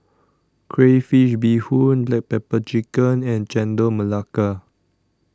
Crayfish Beehoon Black Pepper Chicken and Chendol Melaka